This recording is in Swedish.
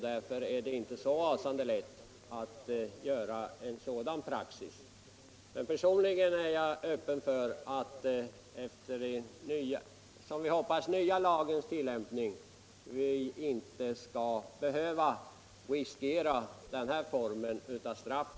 Därför är det inte så rasande lätt att tillämpa en sådan praxis. Personligen hoppas jag att vi, när vi fått den nya lagen, inte skall behöva ha den här formen av straff.